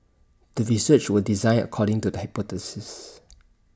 the research was designed according to the hypothesis